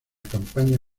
campaña